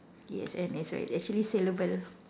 yes and it's right it's actually saleable